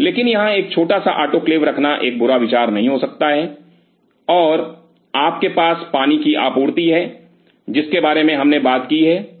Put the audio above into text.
लेकिन यहाँ एक छोटा सा आटोक्लेव रखना एक बुरा विचार नहीं हो सकता है और आपके पास पानी की आपूर्ति है जिसके बारे में हमने बात की है